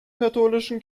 katholischen